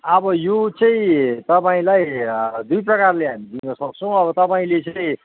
अब यो चाहिँ तपाईँलाई दुई प्रकारले हामी दिनसक्छौँ अब तपाईँले चाहिँ